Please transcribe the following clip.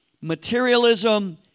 materialism